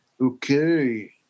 Okay